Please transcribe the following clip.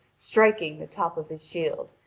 striking the top of his shield,